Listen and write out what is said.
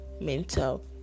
mental